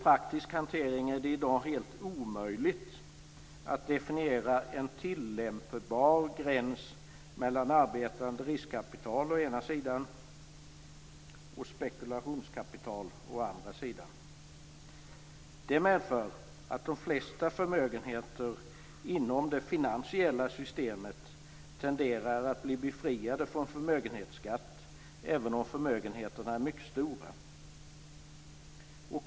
I praktisk hantering är det i dag helt omöjligt att definiera en tillämpbar gräns mellan arbetande riskkapital å ena sidan och spekulationskapital å andra sidan. Det medför att de flesta förmögenheter inom det finansiella systemet tenderar att bli befriade från förmögenhetsskatt även om förmögenheterna är mycket stora.